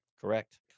Correct